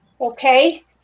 okay